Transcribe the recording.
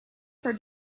for